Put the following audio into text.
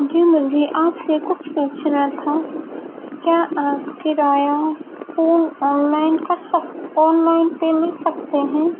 جی مجھے آپ سے کچھ پوچھنا تھا کیا آپ کرایہ فون آن لائن کر سک آن لائن پے لے سکتے ہیں